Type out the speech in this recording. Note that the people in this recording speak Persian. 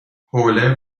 حوله